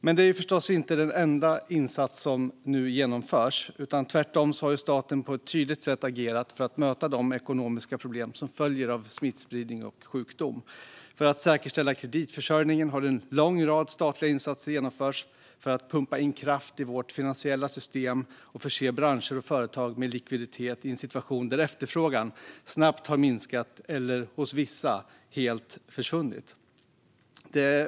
Detta är förstås inte den enda insats som nu genomförs, utan tvärtom har staten på ett tydligt sätt agerat för att möta de ekonomiska problem som följer av smittspridning och sjukdom. För att säkerställa kreditförsörjningen har en lång rad statliga insatser genomförts för att pumpa in kraft i vårt finansiella system och förse branscher och företag med likviditet i en situation där efterfrågan snabbt har minskat eller, hos vissa, helt försvunnit.